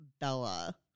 Bella